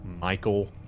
michael